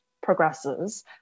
progresses